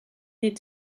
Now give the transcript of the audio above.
est